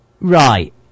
Right